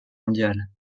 mondiale